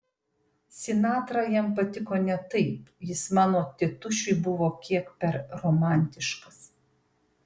sinatra jam patiko ne taip jis mano tėtušiui buvo kiek per romantiškas